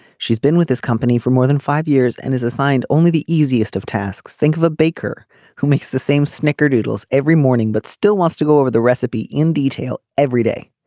she's been with this company for more than five years and is assigned only the easiest of tasks think of a baker who makes the same snicker doodles every morning but still wants to go over the recipe in detail every day.